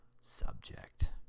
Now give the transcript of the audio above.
subject